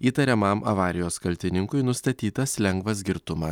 įtariamam avarijos kaltininkui nustatytas lengvas girtumas